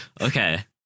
okay